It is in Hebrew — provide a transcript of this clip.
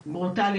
ברוטאלי.